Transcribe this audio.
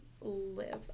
live